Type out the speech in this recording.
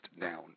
down